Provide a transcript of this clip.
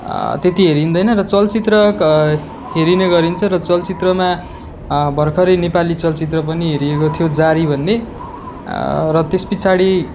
त्यति हेरिँदैन र चलचित्र क हेरिने गरिन्छ र चलचित्रमा भर्खरै नेपाली चलचित्र पनि हेरिएको थियो जारी भन्ने र त्यसपछाडि